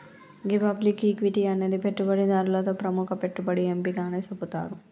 గీ public equity అనేది పెట్టుబడిదారులతో ప్రముఖ పెట్టుబడి ఎంపిక అని సెబుతారు